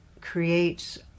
creates